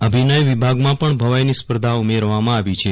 અભિનય વિભાગમાં પણ ભવાઇની સ્પર્ધા ઉમેરવામાં આવી છે